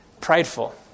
prideful